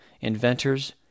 inventors